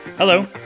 Hello